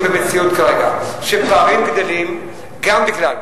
כרגע במציאות שבה פערים גדלים גם בגלל,